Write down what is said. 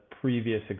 previous